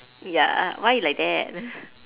ya why you like that